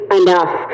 enough